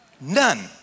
none